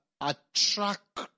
attract